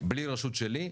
בלי רשות שלי,